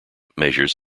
measures